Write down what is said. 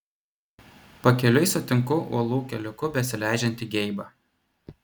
pakeliui sutinku uolų keliuku besileidžiantį geibą